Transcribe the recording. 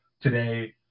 today